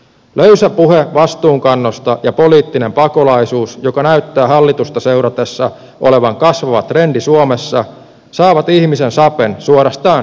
löysä puhe vastuunkannosta ja poliittinen pakolaisuus joka hallitusta seuratessa näyttää olevan kasvava trendi suomessa saavat ihmisten sapen suorastaan kiehumaan